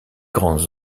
grandes